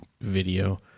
video